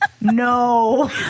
No